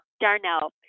Darnell